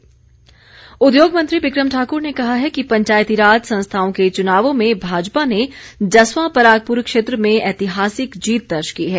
बिक्रम ठाकुर उद्योग मंत्री बिक्रम ठाकुर ने कहा है कि पंचायती राज संस्थाओं के चुनावों में भाजपा ने जसवां परागपुर क्षेत्र में ऐतिहासिक जीत दर्ज की है